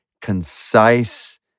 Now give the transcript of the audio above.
concise